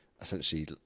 essentially